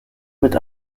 mit